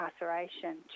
incarceration